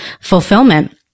fulfillment